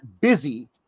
busy